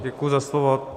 Děkuji za slovo.